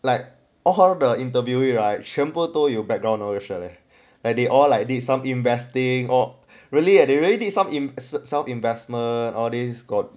like all of the interviewee right 全都都有 background 的 leh you sure leh like they all like need some investing or really at a really some in some investment audience got